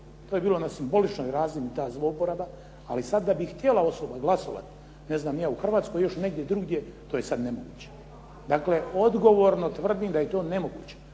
to je bilo na simboličnoj razini ta zlouporaba ali sad da bi htjela osoba glasovati u Hrvatskoj i još negdje drugdje to je sad nemoguće. Dakle, odgovorno tvrdim da je to nemoguće.